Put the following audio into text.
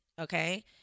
okay